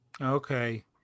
Okay